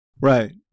Right